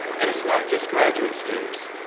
and it's not just graduate students.